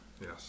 Yes